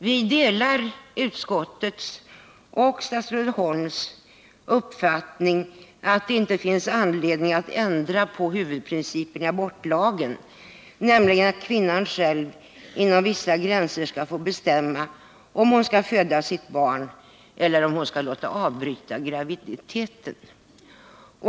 Vi delar utskottets och statsrådet Holms uppfattning att det inte finns anledning att ändra på huvudprincipen i abortlagen, nämligen att kvinnan själv inom vissa gränser skall få bestämma om hon skall föda sitt barn eller om hon skall låta avbryta graviditeten.